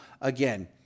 Again